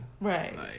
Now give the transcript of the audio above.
Right